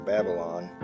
Babylon